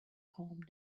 calmed